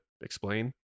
explain